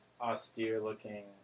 austere-looking